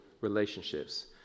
relationships